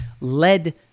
led